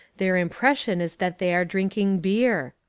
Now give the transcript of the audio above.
their impression is that they are drinking beer.